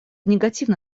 негативно